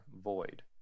void